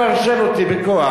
הוא מנסה לפרשן אותי בכוח,